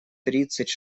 тридцать